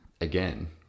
again